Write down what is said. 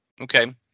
okay